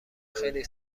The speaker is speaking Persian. خیلی